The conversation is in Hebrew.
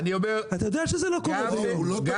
אתה יודע שזה לא קורה ביום.